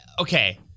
okay